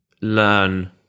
learn